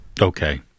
okay